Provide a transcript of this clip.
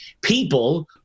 people